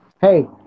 Hey